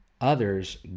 others